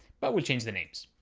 but we'll change the names.